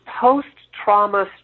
post-trauma